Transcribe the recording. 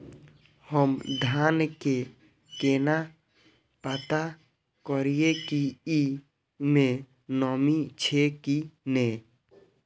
हम धान के केना पता करिए की ई में नमी छे की ने?